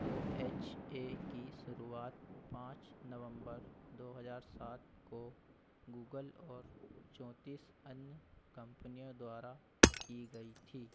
O H A की शुरुआत पाँच नवंबर दो हज़ार सात को गूगल और चौंतीस अन्य कंपनियों द्वारा की गई थी